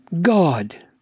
God